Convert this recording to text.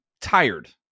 tired